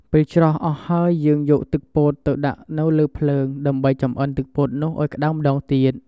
ពេលច្រោះអស់ហើយយើងយកទឹកពោតទៅដាក់នៅលើភ្លើង ដើម្បីចម្អិនទឹកពោតនោះឱ្យក្ដៅម្ដងទៀត។